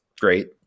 great